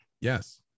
Yes